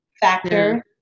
factor